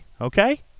Okay